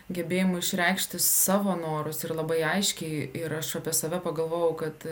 gebėjimu išreikšti savo norus ir labai aiškiai ir aš apie save pagalvojau kad